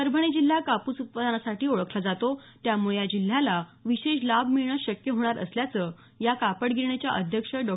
परभणी जिल्हा कापूस उत्पादनासाठी ओळखला जातो त्यामुळे या जिल्ह्याला विशेष लाभ मिळणं शक्य होणार असल्याचं या कापड गिरणीच्या अध्यक्ष डॉ